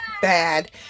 bad